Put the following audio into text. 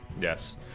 Yes